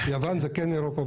יוון זה כן אירופה,